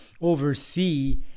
oversee